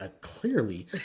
Clearly